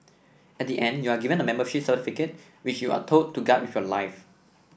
at the end you are given a membership certificate which you are told to guard with your life